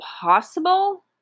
possible